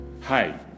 hi